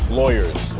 lawyers